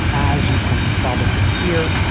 as you can probably hear,